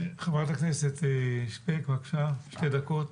חברת הכנסת שפק, בבקשה, שתי דקות.